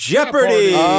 Jeopardy